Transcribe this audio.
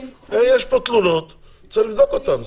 כי אני --- יש פה תלונות, צריך לבדוק אותן.